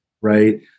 right